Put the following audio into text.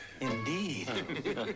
Indeed